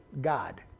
God